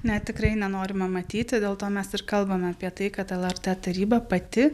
ne tikrai nenorima matyti dėl to mes ir kalbame apie tai kad lrt taryba pati